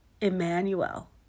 Emmanuel